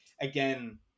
again